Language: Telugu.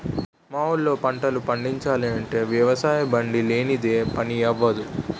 మా ఊళ్ళో పంటలు పండిచాలంటే వ్యవసాయబండి లేనిదే పని అవ్వదు